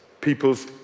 people's